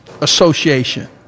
Association